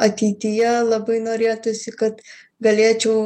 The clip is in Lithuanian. ateityje labai norėtųsi kad galėčiau